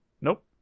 nope